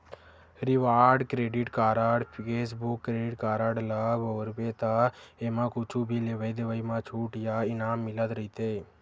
reward credit card, cashback credit card ल बउरबे त एमा कुछु भी लेवइ देवइ म छूट या इनाम मिलत रहिथे